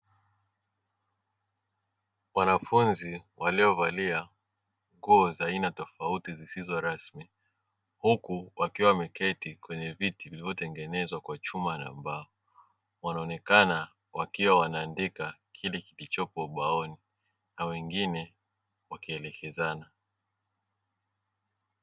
Wanafunzi waliovalia nguo za aina tofauti zisizo rasmi, huku wakiwa wameketi kwenye viti vilivyotengenezwa kwa chuma na mbao, wanaonekana wakiwa wanaandika kile kilichopo ubaoni na wengine wakielekezana.